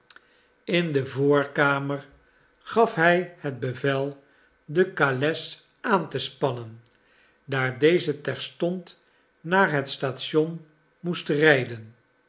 in de voorkamer gaf hij het bevel de kales aan te spannen daar deze terstond naar het station moest rijden